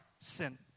sin